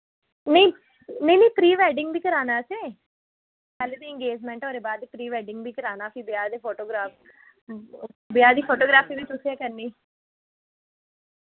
नेईं नेईं नेईं प्री वैडिंग बी कराना असैं पैह्ले ते इंगेजमैंट ओह्दे बाद प्री वैडिंग बी कराना फ्ही ब्याह् दे फोटोग्राफ ब्याह् दी फोटोग्राफी बी तुसें करनी